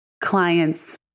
clients